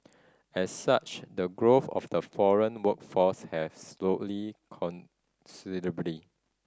as such the growth of the foreign workforce has considerably